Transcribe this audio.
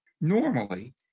Normally